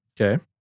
Okay